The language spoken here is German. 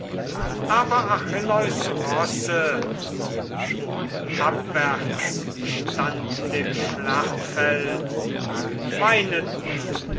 aber achilleus rosse die abwärts standen dem schlachtfeld